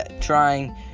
trying